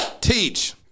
Teach